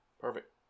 Perfect